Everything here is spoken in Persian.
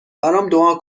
دعا